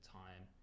time